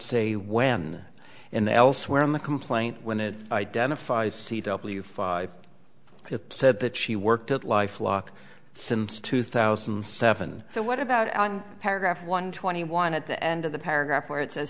say when and elsewhere in the complaint when it identifies c w five it said that she worked at life lock since two thousand and seven so what about paragraph one twenty one at the end of the paragraph where it says